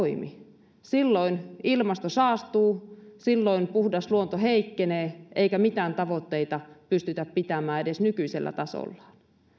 toimi silloin ilmasto saastuu silloin puhdas luonto heikkenee eikä mitään tavoitteita pystytä pitämään edes nykyisellä tasollaan